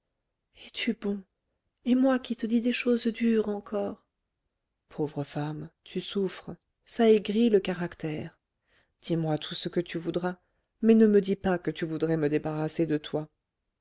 es-tu bon et moi qui te dis des choses dures encore pauvre femme tu souffres ça aigrit le caractère dis-moi tout ce que tu voudras mais ne me dis pas que tu voudrais me débarrasser de toi